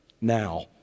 Now